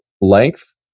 length